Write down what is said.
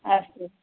अस्तु